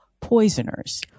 poisoners